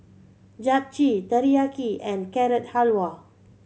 Japchae Teriyaki and Carrot Halwa